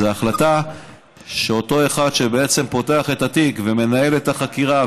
זו החלטה שאותו אחד שבעצם פותח את התיק ומנהל את החקירה,